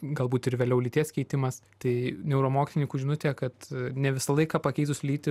galbūt ir vėliau lyties keitimas tai neuromokslininkų žinutė kad ne visą laiką pakeitus lytį